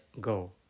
go